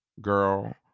girl